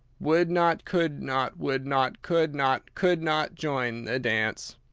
would not, could not, would not, could not, could not join the dance.